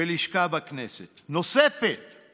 ולשכה נוספת בכנסת?